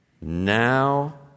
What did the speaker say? now